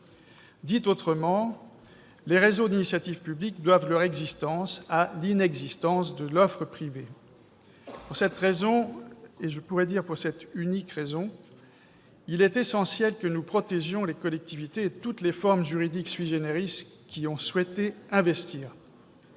...» Autrement dit, les réseaux d'initiative publique doivent leur existence à l'inexistence de l'offre privée. Pour cette raison, et je pourrais dire pour cette unique raison, il est essentiel que nous protégions les collectivités et toutes les formes juridiques qui ont souhaité investir.